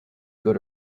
good